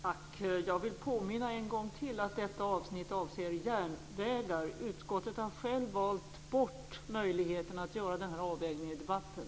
Tack. Jag vill en gång till påminna om att detta avsnitt avser järnvägar. Utskottet har självt valt bort möjligheten att göra den här avvägningen i debatten.